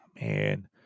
Man